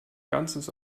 ganzes